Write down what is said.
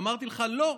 ואמרתי לך: לא,